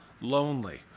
lonely